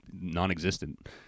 non-existent